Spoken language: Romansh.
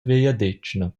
vegliadetgna